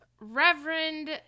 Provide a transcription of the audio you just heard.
Reverend